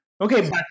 Okay